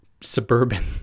suburban